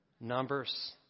Numbers